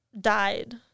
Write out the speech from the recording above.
died